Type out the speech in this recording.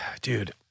dude